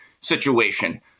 situation